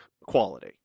quality